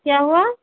क्या हुआ